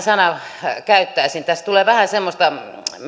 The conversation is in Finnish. sanaa nyt käyttäisin tässä tulee semmoista